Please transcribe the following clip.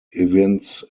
events